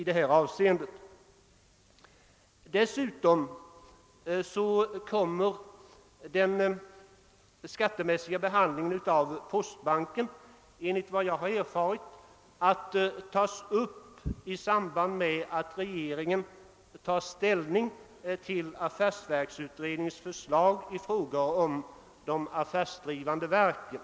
Dessutom kommer enligt vad jag erfarit den skattemässiga behandlingen av postbanken att övervägas i samband med att regeringen tar ställning till affärsverksutredningens förslag i fråga om de affärsdrivande verken.